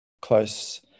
close